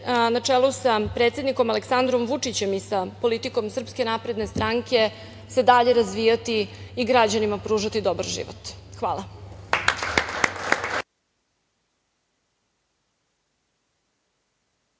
na čelu sa predsednikom Aleksandrom Vučićem i sa politikom SNS, dalje razvijati i građanima pružati dobar život. Hvala.